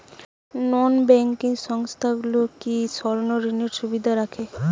নন banking সংস্থাগুলো কি স্বর্ণঋণের সুবিধা রাখে?